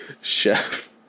Chef